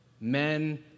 men